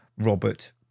Robert